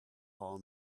call